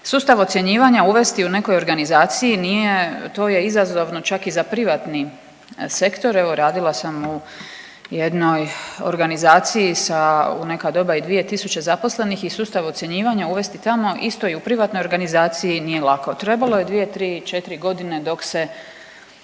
Sustav ocjenjivanja uvesti u nekoj organizaciji nije, to je izazovno čak i za privatni sektor, evo radila sam u jednoj organizaciji sa u neka doba i 2.000 zaposlenih i sustav ocjenjivanja uvesti tamo isto i u privatnoj organizaciji nije lako. Trebalo je 2, 3, 4 godine dok se